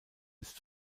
ist